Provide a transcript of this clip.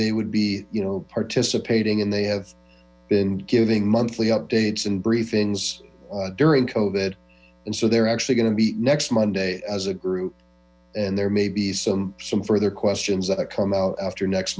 they would be you know participating and they have been giving monthly updates and briefings during cove it and so they're actually going to be next monday as a group and there may be some some further questions come out after next